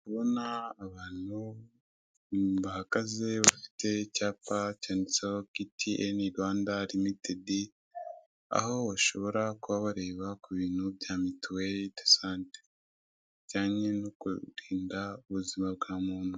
Abagabo babiri bafite icyapa cy'ubururu cyanditseho kompanyi ya KTN Rwanda. Kuri iki cyapa hariho ko bishyuriye abatishoboye ubwisungane mu kwivuza. Inyuma y'aba bagabo bafite icyapa hahagaze abagore benshi bigaragara ko batishoboye; mbese ko ari bo bishyuriwe ubwisungane mu kwivuza.